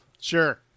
Sure